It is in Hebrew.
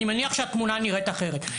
אני מניח שהתמונה נראית אחרת.